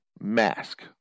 mask